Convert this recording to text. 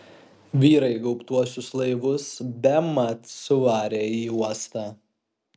vyrai gaubtuosius laivus bemat suvarė į uostą